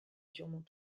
durement